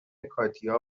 کاتیا